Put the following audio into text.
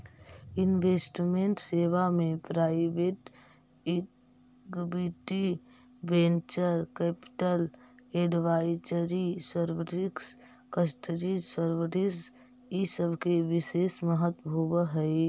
investment सेवा में private equity, venture capital, advisory service, custody service इ सब के विशेष महत्व होवऽ हई